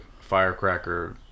firecracker